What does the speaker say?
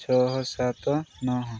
ଛଅ ସାତ ନଅ